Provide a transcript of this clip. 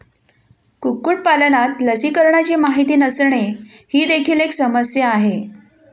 कुक्कुटपालनात लसीकरणाची माहिती नसणे ही देखील एक समस्या आहे